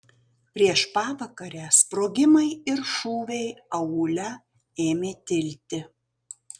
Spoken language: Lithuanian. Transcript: prieš pavakarę sprogimai ir šūviai aūle ėmė tilti